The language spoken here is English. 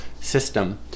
system